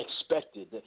expected